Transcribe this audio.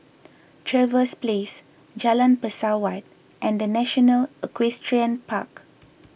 Trevose Place Jalan Pesawat and the National Equestrian Park